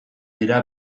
dira